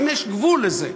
האם יש גבול לזה?